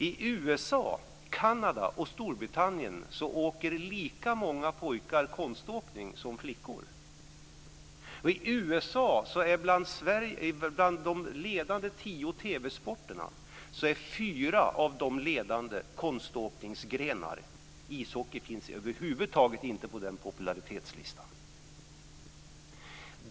I USA, Kanada och Storbritannien åker lika många pojkar som flickor konståkning. Och fyra bland de tio ledande TV-sporterna i USA är konståkningsgrenar. Ishockey finns över huvud taget inte på den popularitetslistan.